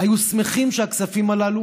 היו שמחים שהכספים הללו